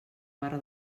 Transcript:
barra